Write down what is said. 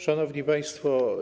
Szanowni Państwo!